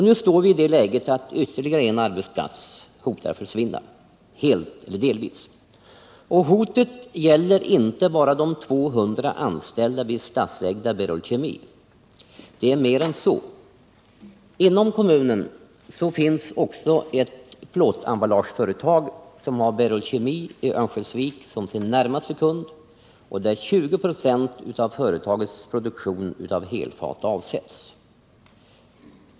Nu står vi i det läget att ytterligare en arbetsplats hotar att försvinna helt eller delvis. Och hotet gäller inte bara de 200 anställda vid statsägda Berol Kemi. Det gäller mer än så. Inom kommunen finns också ett plåtemballageföretag som har Berol Kemi i Örnsköldsvik som sin närmaste kund och som där får avsättning för 20 26 av företagets produktion av helfat.